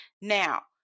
Now